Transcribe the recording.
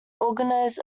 organized